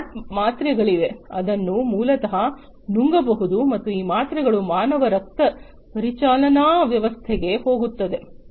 smart ಮಾತ್ರೆಗಳಿವೆ ಅದನ್ನು ಮೂಲತಃ ನುಂಗಬಹುದು ಮತ್ತು ಈ ಮಾತ್ರೆಗಳು ಮಾನವ ರಕ್ತಪರಿಚಲನಾ ವ್ಯವಸ್ಥೆಗೆ ಹೋಗುತ್ತವೆ